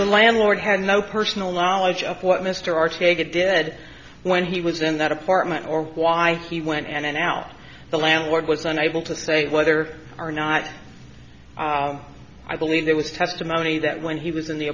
landlord had no personal knowledge of what mr r to get did when he was in that apartment or why he went in and out the landlord was unable to say whether or not i believe there was testimony that when he was in the